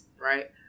right